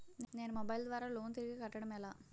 నేను మొబైల్ ద్వారా లోన్ తిరిగి కట్టడం ఎలా?